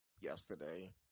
yesterday